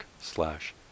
slash